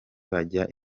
bajya